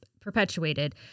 perpetuated